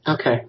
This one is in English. Okay